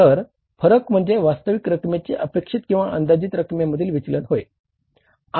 तर फरक म्हणजे वास्तविक रकमेचे अपेक्षित किंवा अंदाजित रकमेमधील विचलन होय